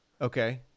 Okay